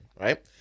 right